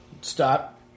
Stop